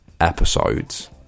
episodes